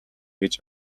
гэж